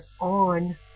on